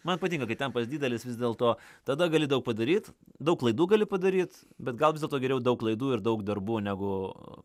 man patinka kai tempas didelis vis dėlto tada gali daug padaryt daug klaidų gali padaryt bet gal vis dėlto geriau daug klaidų ir daug darbų negu